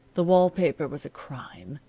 the wall-paper was a crime.